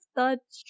touch